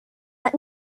let